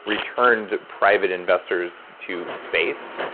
returned private investors to space.